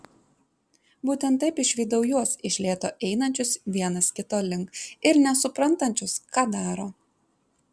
būtent taip išvydau juos iš lėto einančius vienas kito link ir nesuprantančius ką daro